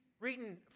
Reading